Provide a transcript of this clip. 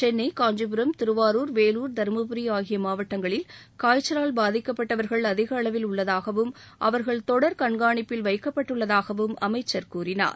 சென்னை காஞ்சிபுரம் திருவாரூர் வேலூர் தர்மபுரி ஆகிய மாவட்டங்களில் காய்ச்சலால் பாதிக்கப்பட்டவர்கள் அதிக அளவில் உள்ளதாகவும் அவர்கள் தொடர் கண்காணிப்பில் வைக்கப்பட்டுள்ளதாகவும் அமைச்சர் கூறினார்